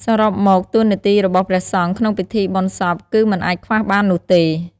សរុបមក តួនាទីរបស់ព្រះសង្ឃក្នុងពិធីបុណ្យសពគឺមិនអាចខ្វះបាននោះទេ។